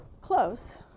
close